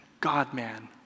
God-man